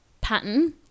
pattern